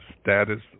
status